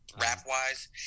rap-wise